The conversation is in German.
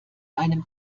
einem